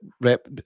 rep